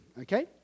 okay